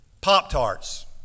Pop-Tarts